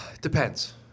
depends